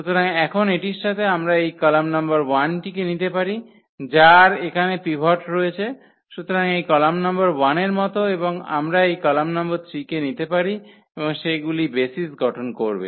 সুতরাং এখন এটির সাথে আমরা এই কলাম নম্বর 1 টিকে নিতে পারি যার এখানে পিভট রয়েছে সুতরাং এই কলাম নম্বর 1 এর মত এবং আমরা এই কলাম নম্বর 3 কে নিতে পারি এবং সেগুলি বেসিস গঠন করবে